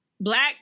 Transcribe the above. black